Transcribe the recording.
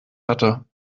hatte